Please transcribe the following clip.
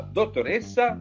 dottoressa